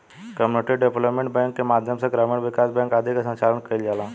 community development bank के माध्यम से ग्रामीण विकास बैंक आदि के संचालन कईल जाला